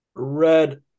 Red